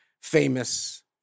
famous